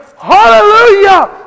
hallelujah